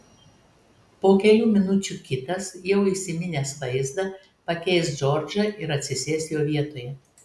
po kelių minučių kitas jau įsiminęs vaizdą pakeis džordžą ir atsisės jo vietoje